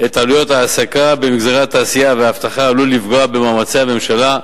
את עלויות ההעסקה במגזרי התעשייה והאבטחה עלולה לפגוע במאמצי הממשלה,